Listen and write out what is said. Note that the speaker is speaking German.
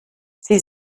sie